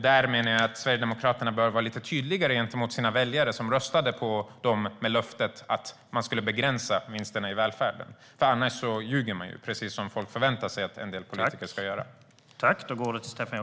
Där menar jag att Sverigedemokraterna bör vara lite tydligare gentemot sina väljare, som röstade på dem med löftet att man skulle begränsa vinsterna i välfärden. Annars ljuger man ju, precis som folk förväntar sig att en del politiker ska göra.